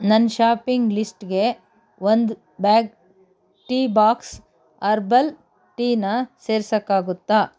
ನನ್ನ ಷಾಪಿಂಗ್ ಲಿಸ್ಟ್ಗೆ ಒಂದು ಬ್ಯಾಗ್ ಟೀ ಬಾಕ್ಸ್ ಅರ್ಬಲ್ ಟೀನ ಸೇರ್ಸೋಕ್ಕಾಗುತ್ತಾ